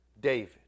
David